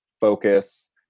focus